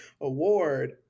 award